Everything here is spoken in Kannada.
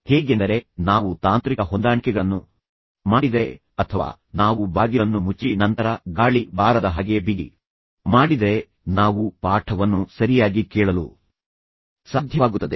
ಹೇಗೆಂದರೆ ನಾವು ತಾಂತ್ರಿಕ ಹೊಂದಾಣಿಕೆಗಳನ್ನು ಮಾಡಿದರೆ ಅಥವಾ ನಾವು ಬಾಗಿಲನ್ನು ಮುಚ್ಚಿ ನಂತರ ಗಾಳಿ ಬಾರದ ಹಾಗೆ ಬಿಗಿ ಮಾಡಿದರೆ ನಾವು ಪಾಠವನ್ನು ಸರಿಯಾಗಿ ಕೇಳಲು ಸಾಧ್ಯವಾಗುತ್ತದೆ